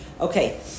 Okay